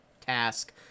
task